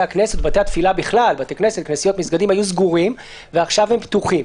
התפילה בכלל היו סגורים ועכשיו הם פתוחים.